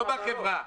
לא בחברה.